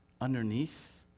underneath